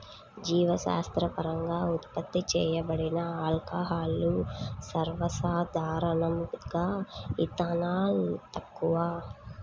జీవశాస్త్రపరంగా ఉత్పత్తి చేయబడిన ఆల్కహాల్లు, సర్వసాధారణంగాఇథనాల్, తక్కువ